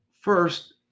first